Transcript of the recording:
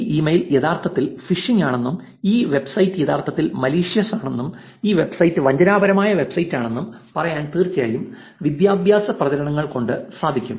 ഈ ഇമെയിൽ യഥാർത്ഥത്തിൽ ഫിഷിംഗ് ആണെന്നും ഈ വെബ്സൈറ്റ് യഥാർത്ഥത്തിൽ മലീഷ്യസ് ആണെന്നും ഈ വെബ്സൈറ്റ് വഞ്ചനാപരമായ വെബ്സൈറ്റാണെന്നും പറയാൻ തീർച്ചയായും വിദ്യാഭ്യാസ പ്രചാരരണങ്ങൾ കൊണ്ട് സാധിക്കും